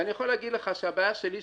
ואני יכול להגיד לך שהבעיה שלי,